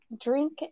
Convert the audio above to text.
Drink